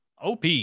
OP